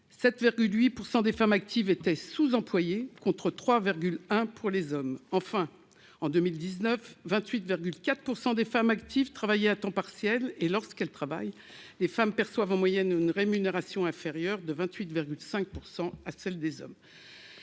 7,8 % des femmes actives étaient sous-employées contre 3,1 % des hommes. Enfin, en 2019, 28,4 % des femmes actives travaillaient à temps partiel. De plus, lorsqu'elles travaillent, les femmes perçoivent en moyenne une rémunération inférieure de 28,5 % à celle des hommes.